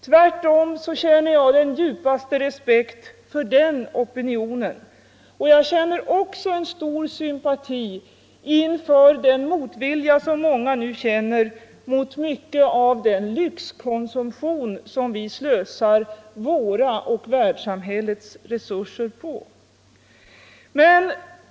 Tvärtom känner jag den djupaste respekt för den opinionen, och jag hyser också en stor sympati inför den motvilja som många nu känner mot mycket av den lyxkonsumtion som vi slösar våra och världssamhällets resurser på.